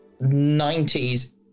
90s